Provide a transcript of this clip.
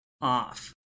off